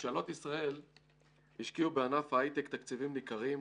ממשלות ישראל השקיעו בענף ההיי-טק תקציבים ניכרים,